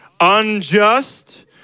unjust